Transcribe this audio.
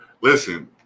Listen